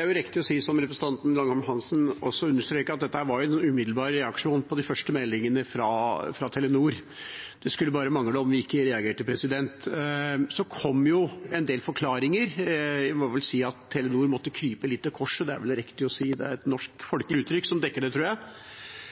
er riktig å si, som representanten Langholm Hansen også understreket, at dette var en umiddelbar reaksjon på de første meldingene fra Telenor. Det skulle bare mangle om vi ikke reagerte. Så kom det en del forklaringer. Vi må vel si at Telenor måtte krype litt til korset – det er det vel riktig å si. Det er et norsk, folkelig uttrykk som dekker det, tror jeg.